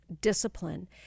Discipline